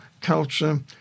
culture